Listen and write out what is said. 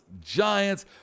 Giants